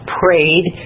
prayed